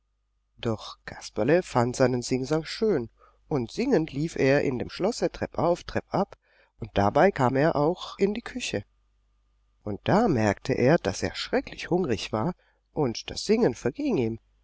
doch kasperle fand seinen singsang schön und singend lief er in dem schlosse treppauf treppab und dabei kam er auch in die küche und da merkte er daß er schrecklich hungrig war und das singen verging ihm